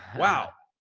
wow,